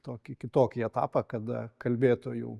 tokį kitokį etapą kada kalbėtojų